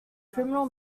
criminal